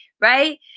Right